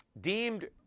deemed